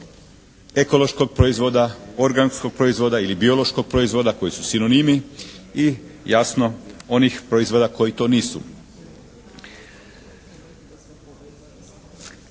ekološkog proizvoda, organskog proizvoda ili biološkog proizvoda koji su sinonimi i jasno onih proizvoda koji to nisu.